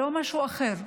לא משהו אחר,